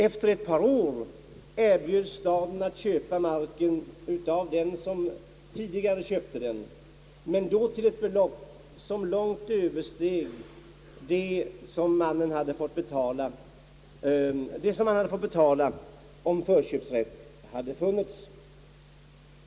Efter ett par år erbjöds staden att köpa marken av honom, men då till ett belopp som långt översteg det man hade behövt betala om försköpsrätt hade funnits.